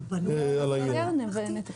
הם לא פה, אז אין בשביל מה.